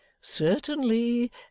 Certainly